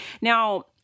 Now